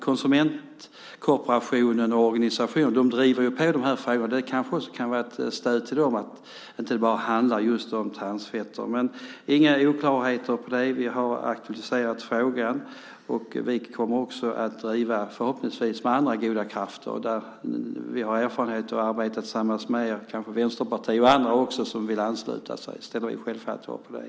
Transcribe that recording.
Konsumentkorporationen och konsumentorganisationer driver på i de här frågorna. Detta kanske kan vara också ett stöd för dem. Det handlar inte bara om transfetter. Men det finns inga oklarheter om vår ståndpunkt. Vi har aktualiserat frågan, och vi kommer att driva detta, förhoppningsvis ihop med andra goda krafter. Vi har erfarenheter av att arbeta tillsammans med er. Kanske också Vänsterpartiet och andra vill ansluta sig. I så fall ställer vi självfallet upp på det.